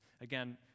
Again